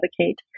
advocate